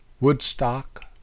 Woodstock